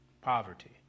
Poverty